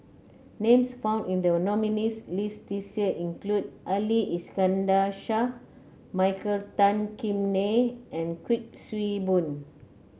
names found in the nominees' list this year include Ali Iskandar Shah Michael Tan Kim Nei and Kuik Swee Boon